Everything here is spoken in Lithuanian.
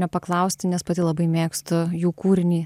nepaklausti nes pati labai mėgstu jų kūrinį